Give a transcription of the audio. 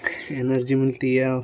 energy मिलती है